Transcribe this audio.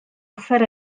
offer